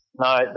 No